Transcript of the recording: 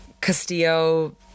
Castillo